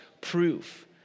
proof